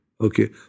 okay